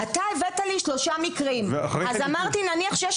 אתה הבאת לי שלושה מקרים אז אמרתי נניח שיש